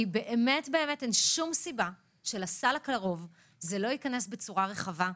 כי באמת אין שום סיבה שלסל הקרוב זה לא ייכנס בצורה רחבה.